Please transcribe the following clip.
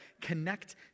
connect